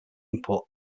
input